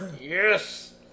Yes